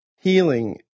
healing